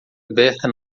aberta